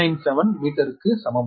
997 மீட்டருக்கு சமம்